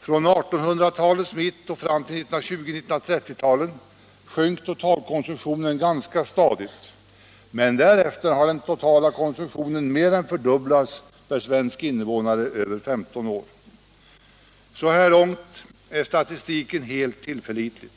Från 1800-talets mitt fram till 1920 och 1930-talen sjönk totalkonsumtionen ganska stadigt, men därefter har den totala konsumtionen mer än fördubblats per svensk invånare över 15 år. Så här långt är statistiken tillförlitlig,